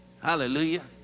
Hallelujah